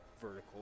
vertical